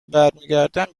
برگردم